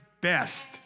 best